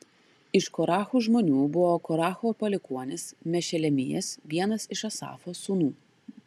iš korachų žmonių buvo koracho palikuonis mešelemijas vienas iš asafo sūnų